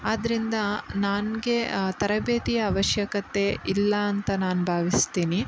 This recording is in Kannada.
ಆದ್ದರಿಂದ ನನಗೆ ತರಬೇತಿಯ ಅವಶ್ಯಕತೆ ಇಲ್ಲ ಅಂತ ನಾನು ಭಾವಿಸ್ತೀನಿ